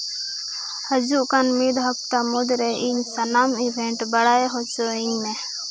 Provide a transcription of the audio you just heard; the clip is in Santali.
ᱦᱟᱹᱡᱩᱜ ᱠᱟᱱ ᱢᱤᱫ ᱦᱟᱯᱛᱟ ᱢᱩᱫᱽᱨᱮ ᱤᱧ ᱥᱟᱱᱟᱢ ᱤᱵᱷᱮᱱᱴ ᱵᱟᱲᱟᱭ ᱦᱚᱪᱚᱭᱤᱧ ᱢᱮ